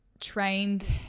trained